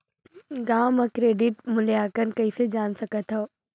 गांव म क्रेडिट मूल्यांकन कइसे जान सकथव?